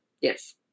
Yes